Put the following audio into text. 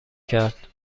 کرد